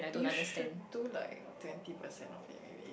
you should do like twenty percent of it maybe